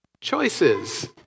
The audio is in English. choices